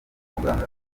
muganga